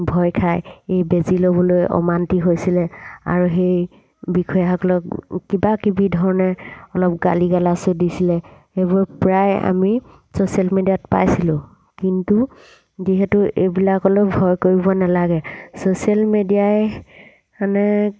ভয় খাই এই বেজি ল'বলৈ অমান্তি হৈছিলে আৰু সেই বিষয়াসকলক কিবা কিবি ধৰণে অলপ গালি গালাচো দিছিলে সেইবোৰ প্ৰায় আমি ছ'চিয়েল মিডিয়াত পাইছিলোঁ কিন্তু যিহেতু এইবিলাকলৈ ভয় কৰিব নালাগে ছ'চিয়েল মিডিয়াই মানে